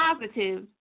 positive